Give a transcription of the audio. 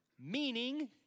Meaning